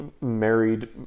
married